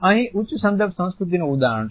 અહીં ઉચ્ચ સંદર્ભે સંસ્કૃતનું ઉદાહરણ છે